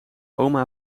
oma